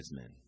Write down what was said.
men